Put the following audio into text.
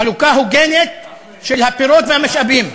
חלוקה הוגנת של הפירות והמשאבים.